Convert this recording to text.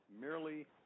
merely